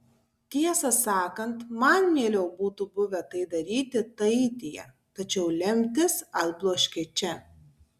tiesą sakant man mieliau būtų buvę tai daryti taityje tačiau lemtis atbloškė čia